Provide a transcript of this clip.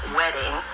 wedding